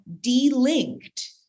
de-linked